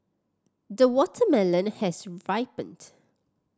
the watermelon has ripened